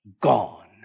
Gone